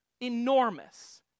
enormous